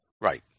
Right